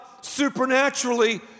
supernaturally